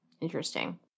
interesting